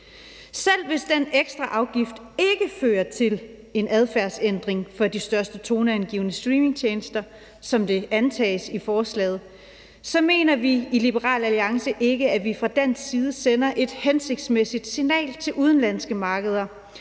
Selv hvis den ekstra afgift ikke fører til en adfærdsændring for de største, toneangivende streamingtjenester, som det antages i forslaget, mener vi i Liberal Alliance ikke, at vi fra dansk side sender et hensigtsmæssigt signal til udenlandske markeder,